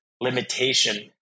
limitation